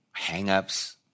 hangups